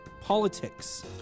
politics